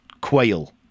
Quail